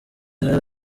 hari